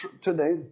today